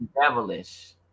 devilish